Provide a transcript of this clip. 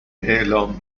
اعلام